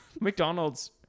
McDonald's